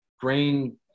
brain